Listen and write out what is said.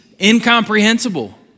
incomprehensible